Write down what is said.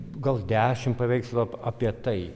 gal dešimt paveikslų apie tai